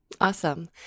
Awesome